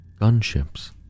gunships